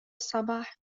الصباح